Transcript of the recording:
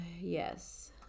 Yes